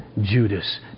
Judas